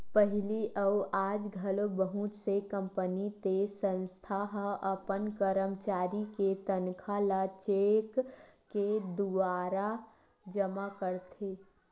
पहिली अउ आज घलो बहुत से कंपनी ते संस्था ह अपन करमचारी के तनखा ल चेक के दुवारा जमा करथे